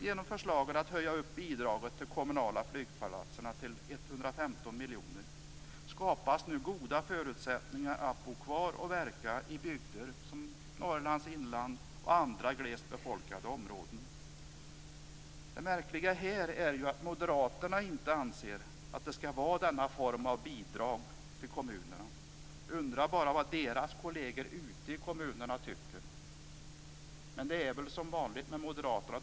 Genom förslaget att höja upp bidraget till de kommunala flygplatserna till 115 miljoner kronor skapas nu goda förutsättningar att bo kvar och verka i bygder som Norrlands inland och andra glest befolkade områden. Det märkliga här är ju att moderaterna inte anser att det skall vara denna form av bidrag till kommunerna. Jag undrar bara vad deras kolleger ute i kommunerna tycker. Men det är väl som vanligt med moderaterna.